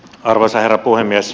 arvoisa herra puhemies